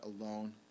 alone